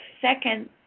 second